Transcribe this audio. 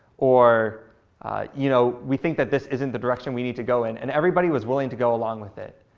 or you know we think that this isn't the direction we need to go in. and everybody was willing to go along with it.